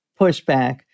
pushback